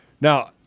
Now